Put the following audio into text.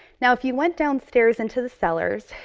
now, if you went downstairs into the cellars,